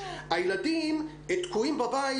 הילדים תקועים בבית,